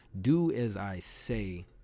do-as-I-say